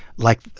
like,